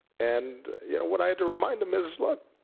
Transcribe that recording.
and you know what i had to remind him is, look,